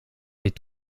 est